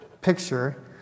picture